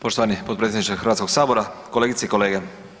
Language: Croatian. Poštovani potpredsjedniče Hrvatskog sabora, kolegice i kolege.